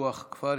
ופיתוח הכפר.